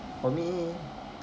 for me